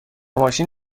ماشین